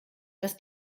dass